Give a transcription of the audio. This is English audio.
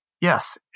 Yes